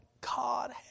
God